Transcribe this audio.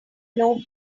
know